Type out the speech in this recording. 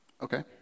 Okay